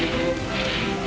do you